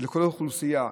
שלכל האוכלוסייה,